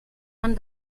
man